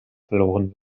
verloren